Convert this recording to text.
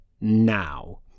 now